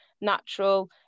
natural